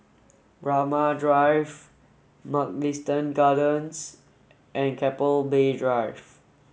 Braemar Drive Mugliston Gardens and Keppel Bay Drive